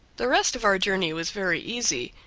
the rest of our journey was very easy,